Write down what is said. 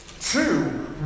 Two